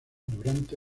durante